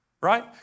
right